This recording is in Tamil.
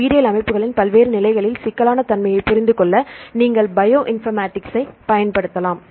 உயிரியல் அமைப்புகளில் பல்வேறு நிலைகளின் சிக்கலான தன்மையைப் புரிந்துகொள்ள நீங்கள் பயோ இன்ஃபர்மேட்டிக்ஸ் பயன்படுத்தலாம்